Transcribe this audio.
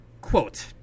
Quote